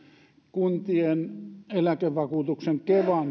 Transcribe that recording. kuntien eläkevakuutuksen